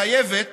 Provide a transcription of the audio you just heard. מחייבת